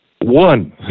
One